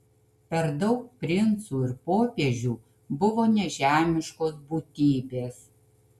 per daug princų ir popiežių buvo nežemiškos būtybės